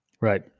Right